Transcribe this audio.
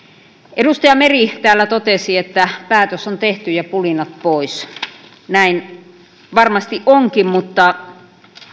edustaja meri täällä totesi että päätös on tehty ja pulinat pois näin varmasti onkin mutta